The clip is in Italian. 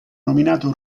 nominato